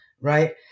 right